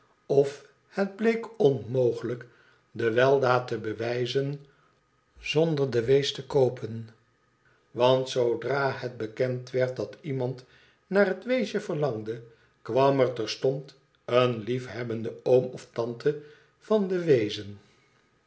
of het bleek onmogelijk de weldaad te bewijzen zonder den wees te koopen want zoodra het bekend werd dat iemand naar het weesje verlangde kwam er terstond een liefhebbende oom of tante van den weezen